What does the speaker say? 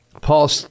Paul